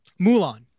Mulan